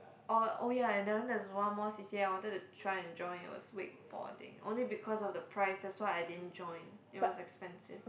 oh oh ya I've learnt there's one more C_C_A I wanted to try and join it was wakeboarding only because of the price that's why I didn't join it was expensive